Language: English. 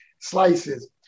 slices